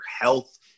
health